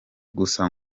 gusa